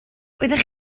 oeddech